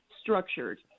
structured